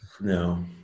no